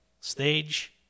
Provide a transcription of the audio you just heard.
stage